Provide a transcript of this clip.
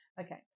Okay